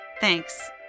Thanks